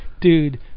dude